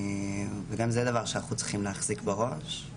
גם זה דבר שאנחנו צריכים להחזיק בראש.